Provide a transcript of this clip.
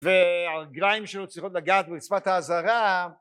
והרגליים שלו צריכות לגעת ברצפת העזרה